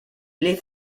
les